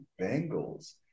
Bengals